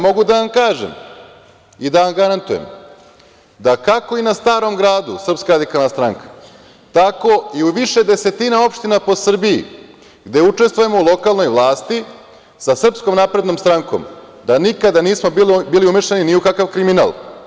Mogu da vam kažem i da vam garantujem da kako i na Starom gradu SRS, tako i u više desetina opština po Srbiji, gde učestvujemo u lokalnoj vlasti sa SNS, da nikada nismo bili umešani ni u kakav kriminal.